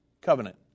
covenant